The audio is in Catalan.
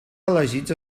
elegits